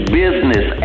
business